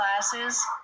classes